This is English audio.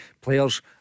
players